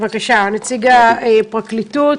נציג הפרקליטות,